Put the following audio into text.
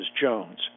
Jones